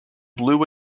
blue